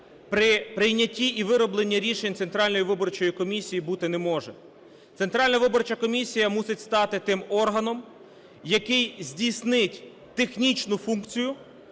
при прийнятті і виробленні рішень Центральної виборчої комісії бути не може. Центральна виборча комісія мусить стати тим органом, який здійснить технічну функцію